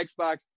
Xbox